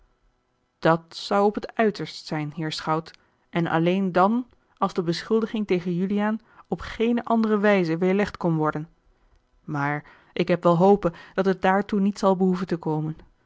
dat zou op t uiterst zijn heer schout en alleen dan als de beschuldiging tegen juliaan op geene andere wijze weêrlegd kon worden maar ik heb wel hope dat het daartoe niet zal behoeven te komen